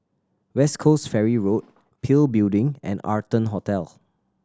West Coast Ferry Road PIL Building and Arton Hotel